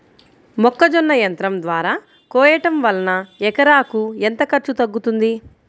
మొక్కజొన్న యంత్రం ద్వారా కోయటం వలన ఎకరాకు ఎంత ఖర్చు తగ్గుతుంది?